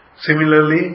Similarly